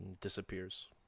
disappears